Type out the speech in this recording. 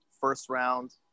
first-round